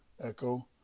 echo